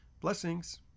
Blessings